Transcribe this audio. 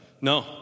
No